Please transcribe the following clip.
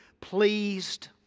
pleased